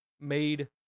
made